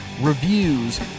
reviews